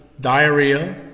diarrhea